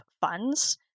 funds